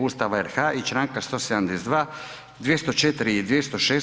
Ustava RH i Članka 172., 204. i 206.